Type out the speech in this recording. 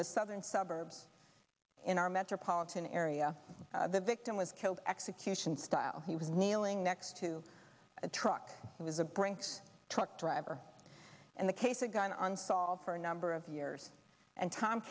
the southern suburbs in our metropolitan area the victim was killed execution style he was kneeling next to a truck he was a bring truck driver in the case a gun on fall for a number of years and tom